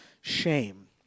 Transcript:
shame